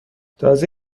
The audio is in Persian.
تازه